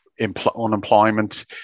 unemployment